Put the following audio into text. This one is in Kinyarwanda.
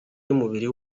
y’umubiri